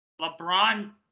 LeBron